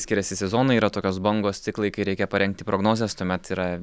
skiriasi sezonai yra tokios bangos ciklai kai reikia parengti prognozes tuomet yra